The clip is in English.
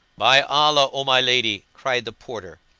by allah, o my lady! cried the porter,